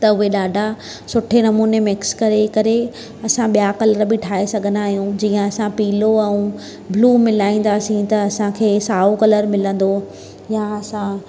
त उहे ॾाढा सुठे नमूने मिक्स करे करे असां ॿिया कलर बि ठाहे सघंदा आहियूं जीअं असां पीलो ऐं ब्लू मिलाईंदासीं त असांखे साओ कलर मिलंदो या असां